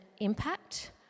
impact